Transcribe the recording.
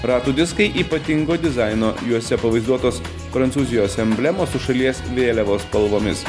ratų diskai ypatingo dizaino juose pavaizduotos prancūzijos emblemos su šalies vėliavos spalvomis